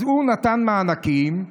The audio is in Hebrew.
אז הוא נתן מענקים,